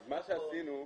מה שעשינו,